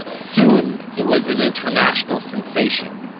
soon it was an international sensation